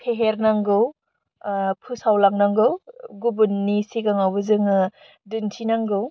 फेहेरनांगौ फोसावलांनांगौ गुबुननि सिगाङाव जोङो दिन्थिनांगौ